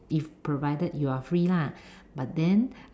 if provided you are free lah but then